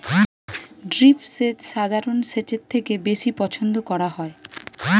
drip সেচ সাধারণ সেচের থেকে বেশি পছন্দ করা হয়